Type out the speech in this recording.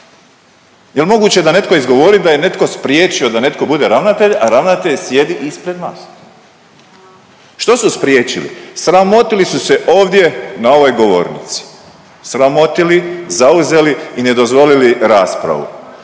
Jel' moguće da netko izgovori da je netko spriječio da netko bude ravnatelj, a ravnatelj sjedi ispred vas? Što su spriječili? Sramotili su se ovdje na ovoj govornici, sramotili, zauzeli i ne dozvolili raspravu